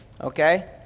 Okay